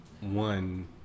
One